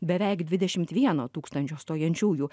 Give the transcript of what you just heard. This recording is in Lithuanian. beveik dvidešimt vieno tūkstančio stojančiųjų